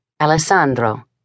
alessandro